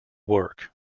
work